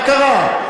מה קרה?